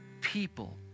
people